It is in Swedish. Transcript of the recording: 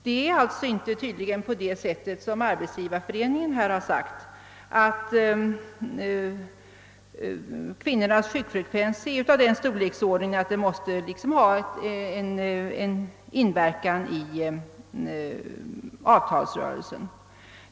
Det förhåller sig tydligen inte så som Arbetsgivareföreningen här har sagt att kvinnornas sjukfrekvens är av den storleksordningen att den måste ha någon inverkan vid avtalsförhandlingar.